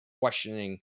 questioning